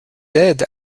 aides